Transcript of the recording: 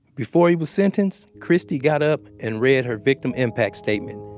before he was sentenced christy got up and read her victim impact statement.